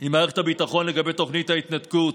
עם מערכת הביטחון לגבי תוכנית ההתנתקות.